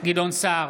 גדעון סער,